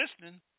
listening